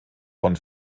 von